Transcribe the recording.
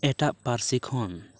ᱮᱴᱟᱜ ᱯᱟᱹᱨᱥᱤ ᱠᱷᱚᱱ